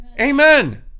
Amen